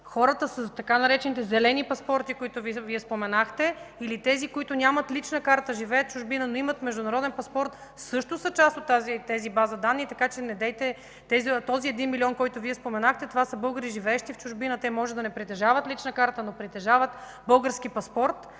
Хората с така наречените „зелени паспорти”, които споменахте, или тези, които нямат лична карта, живеят в чужбина, но имат международен паспорт, също са част от тази база данни, така че недейте… Този един милион българи, който Вие споменахте, това са българи, живеещи в чужбина. Те може да не притежават лична карта, но притежават български паспорт.